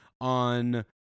on